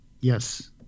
Yes